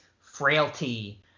Frailty